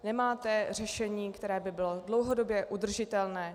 Nemáte řešení, které by bylo dlouhodobě udržitelné.